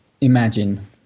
Imagine